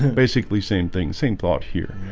and basically same thing same thought here